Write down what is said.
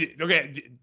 Okay